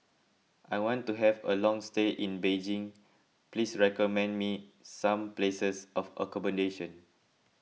I want to have a long stay in Beijing please recommend me some places for accommodation